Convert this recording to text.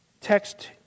text